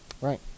Right